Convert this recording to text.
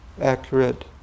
accurate